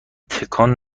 تکان